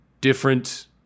different